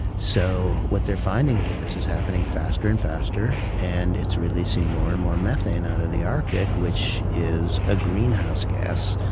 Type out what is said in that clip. so what's they're finding is that this is happening faster and faster and it's releasing more and more methane out of the arctic which is a greenhouse gas.